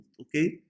okay